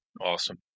Awesome